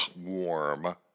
warm